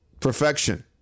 perfection